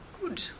Good